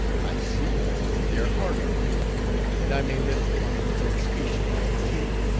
i see they're hard on beauty and i may live to find free speech mauled, too.